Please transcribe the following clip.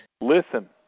Listen